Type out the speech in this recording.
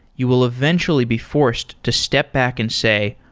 you will eventually be forced to step back and say,